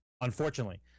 Unfortunately